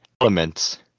elements